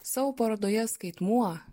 savo parodoje skaitmuo